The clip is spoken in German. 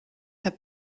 herr